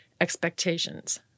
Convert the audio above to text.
expectations